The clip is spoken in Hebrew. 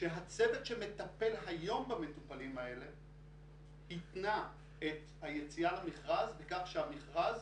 שהצוות שמטפל היום במטופלים האלה התנה את היציאה למכרז בכך שהמכרז